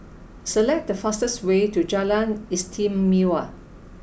select the fastest way to Jalan Istimewa